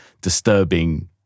disturbing